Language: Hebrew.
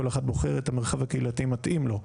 כל אחד בוחר את המרחב הקהילתי המתאים לו.